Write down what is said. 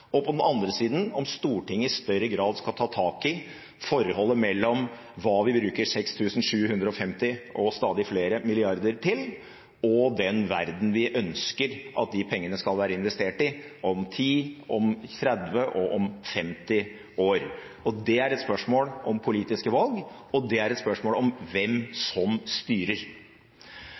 og på den andre siden om Stortinget i større grad skal ta tak i forholdet mellom hva vi bruker 6 750 – og stadig flere – mrd. kr til, og den verdenen vi ønsker at de pengene skal være investert i om 10 år, om 30 år og om 50 år. Det er et spørsmål om politiske valg, og det er et spørsmål om hvem